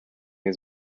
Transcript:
his